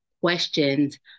questions